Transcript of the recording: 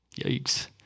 Yikes